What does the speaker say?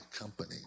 company